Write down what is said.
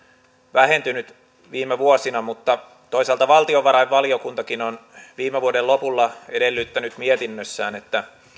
vähentynyt viime vuosina mutta toisaalta valtiovarainvaliokuntakin on viime vuoden lopulla edellyttänyt mietinnössään että